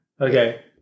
Okay